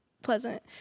pleasant